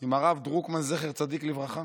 עם הרב דרוקמן, זכר צדיק לברכה.